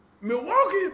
Milwaukee